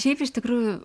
šiaip iš tikrųjų